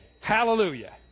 Hallelujah